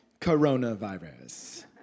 Coronavirus